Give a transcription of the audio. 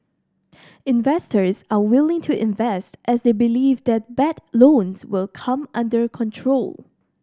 investors are willing to invest as they believe that bad loans will come under control